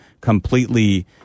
completely